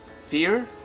fear